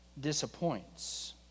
disappoints